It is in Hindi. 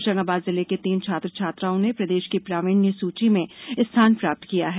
होषंगाबाद जिले के तीन छात्र छात्राओं ने प्रदेश की प्रवीण्य सूची में स्थान प्राप्त किया है